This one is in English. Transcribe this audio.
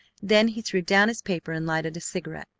then he threw down his paper and lighted a cigarette.